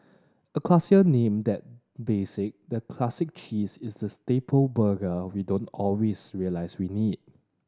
a classier name than basic the Classic Cheese is the staple burger we don't always realise we need